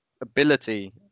ability